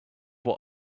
what